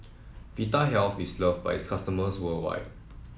Vitahealth is love by its customers worldwide